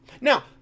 now